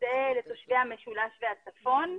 שזה לתושבי המשולש והצפון,